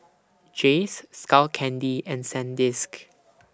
Jays Skull Candy and Sandisk